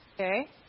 Okay